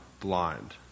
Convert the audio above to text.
blind